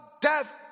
death